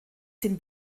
den